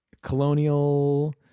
colonial